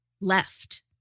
left